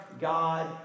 God